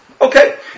Okay